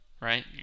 Right